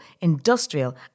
industrial